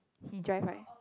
he drive right